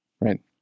right